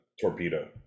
Torpedo